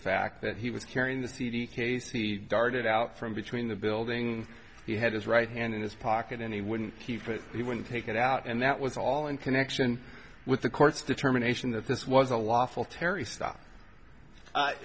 fact that he was carrying the cd case he darted out from between the building he had his right hand in his pocket and he wouldn't keep it he would take it out and that was all in connection with the court's determination that this